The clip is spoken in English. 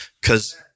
Cause